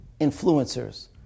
Influencers